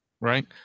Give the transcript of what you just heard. right